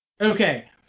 Okay